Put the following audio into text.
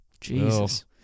Jesus